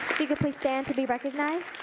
if you could please stand to be recognized.